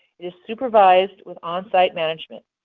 it is supervised with on site management.